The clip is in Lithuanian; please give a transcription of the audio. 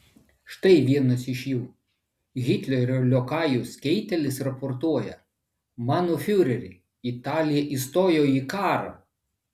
štai vienas iš jų hitlerio liokajus keitelis raportuoja mano fiureri italija įstojo į karą